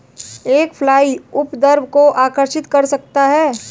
एक फ्लाई उपद्रव को आकर्षित कर सकता है?